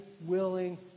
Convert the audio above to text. willing